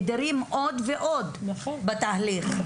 מדירים עוד ועוד בתהליך.